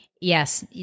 Yes